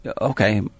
Okay